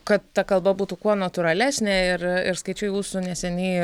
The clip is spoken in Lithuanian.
kad ta kalba būtų kuo natūralesnė ir ir skaičiau jūsų neseniai